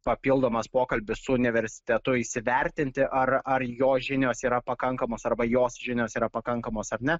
papildomas pokalbis su universitetu įsivertinti ar ar jo žinios yra pakankamos arba jos žinios yra pakankamos ar ne